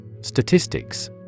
Statistics